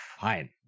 fine